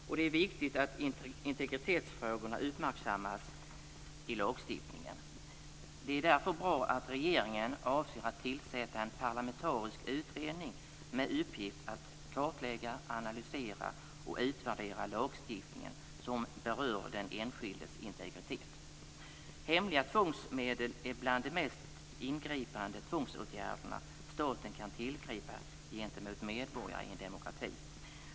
Och det är viktigt att integritetsfrågorna uppmärksammas i lagstiftningen. Det är därför bra att regeringen avser att tillsätta en parlamentarisk utredning med uppgift att kartlägga, analysera och utvärdera lagstiftningen som berör den enskildes integritet. Hemliga tvångsmedel är bland de mest ingripande tvångsåtgärderna staten kan tillgripa gentemot medborgarna i en demokrati.